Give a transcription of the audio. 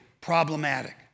problematic